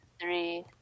three